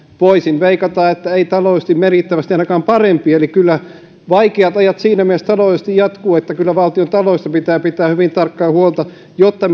voisin veikata että ei taloudellisesti ainakaan merkittävästi parempi eli kyllä taloudellisesti vaikeat ajat siinä mielessä jatkuvat että kyllä valtiontaloudesta pitää pitää hyvin tarkkaa huolta jotta